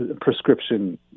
prescription